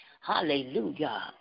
hallelujah